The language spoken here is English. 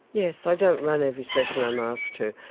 yes, i don't run every session i'm asked to.